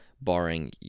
barring